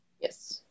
Yes